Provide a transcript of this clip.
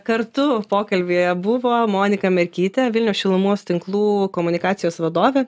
kartu pokalbyje buvo monika merkytė vilniaus šilumos tinklų komunikacijos vadovė